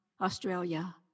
Australia